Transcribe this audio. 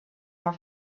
are